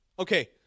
Okay